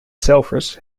zelvers